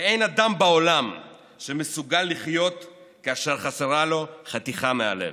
אין אדם בעולם שמסוגל לחיות כאשר חסרה לו חתיכה מהלב.